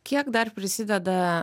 kiek dar prisideda